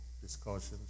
discussions